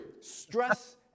stress